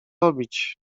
robić